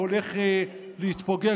הולך להתפוגג,